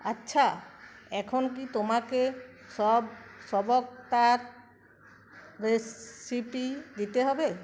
আচ্ছা এখন কি তোমাকে সব বক্তার রেসিপি দিতে হবে